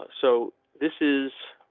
so this is.